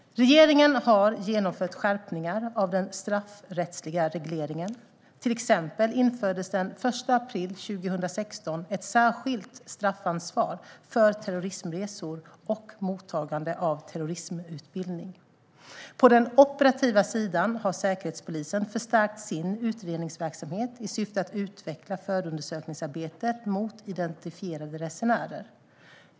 Regeringen har genomfört skärpningar av den straffrättsliga regleringen. Till exempel infördes den 1 april 2016 ett särskilt straffansvar för terrorismresor och mottagande av terrorismutbildning. På den operativa sidan har Säkerhetspolisen förstärkt sin utredningsverksamhet i syfte att utveckla förundersökningsarbetet mot identifierade resenärer.